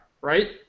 right